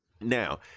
Now